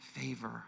favor